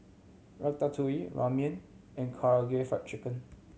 Ratatouille Ramen and Karaage Fried Chicken